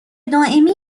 دائمی